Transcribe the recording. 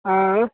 हां